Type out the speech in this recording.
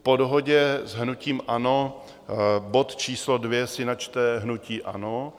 Po dohodě s hnutím ANO bod číslo 2 si načte hnutí ANO.